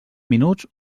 minuts